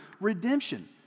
redemption